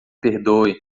perdoe